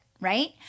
right